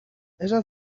esna